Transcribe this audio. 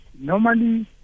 Normally